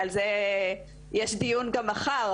יש דיון גם מחר,